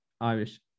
Irish